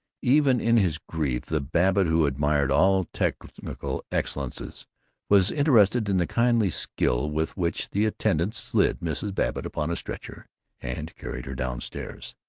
even in his grief the babbitt who admired all technical excellences was interested in the kindly skill with which the attendants slid mrs. babbitt upon a stretcher and carried her down-stairs.